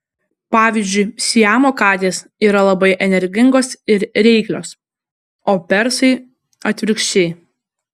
pavyzdžiui siamo katės yra labai energingos ir reiklios o persai atvirkščiai